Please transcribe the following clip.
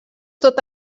tot